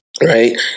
Right